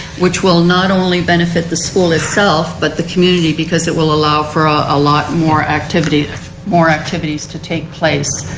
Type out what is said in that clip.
which will not only benefit the school itself but the community because it will allow for a lot more activities more activities to take place